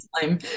time